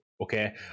okay